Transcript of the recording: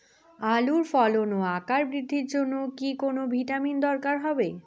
আলুর ফলন ও আকার বৃদ্ধির জন্য কি কোনো ভিটামিন দরকার হবে?